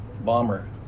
bomber